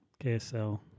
KSL